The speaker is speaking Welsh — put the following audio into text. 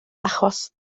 achos